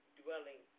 dwelling